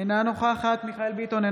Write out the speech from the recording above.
אינה נוכחת מיכאל מרדכי ביטון,